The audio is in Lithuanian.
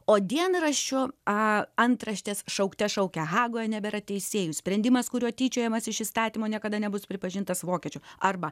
o dienraščių a antraštės šaukte šaukė hagoje nebėra teisėjų sprendimas kuriuo tyčiojamasi iš įstatymo niekada nebus pripažintas vokiečių arba